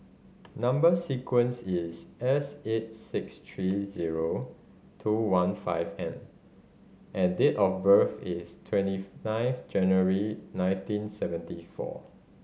number sequence is S eight six three zero two one five N and date of birth is twenty nine January nineteen seventy four